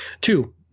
Two